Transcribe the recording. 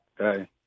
okay